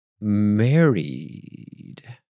married